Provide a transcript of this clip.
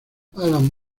alan